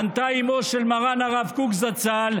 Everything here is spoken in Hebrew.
ענתה אימו של מרן הרב קוק, זצ"ל: